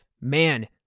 man